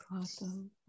Awesome